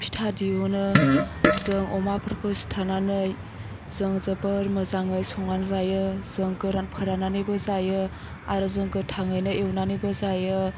फिथा दिहुनो जों अमाफोरखौ सिथारनानै जों जोबोर मोजाङै संनानै जायो जों गोरान फोरान्नानै जाय आरो जों गोथाङैनो एवनानैबो जायो